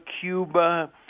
Cuba